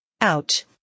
Ouch